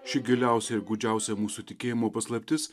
ši giliausia ir gūdžiausia mūsų tikėjimo paslaptis